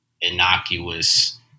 innocuous